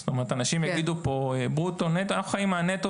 זאת אומרת אנשים יגידו פה נטו או ברוטו ואנחנו חיים מהנטו